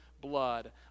blood